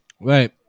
right